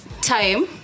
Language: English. time